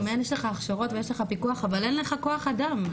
יש לך הכשרות ויש לך פיקוח אבל אין לך כוח אדם.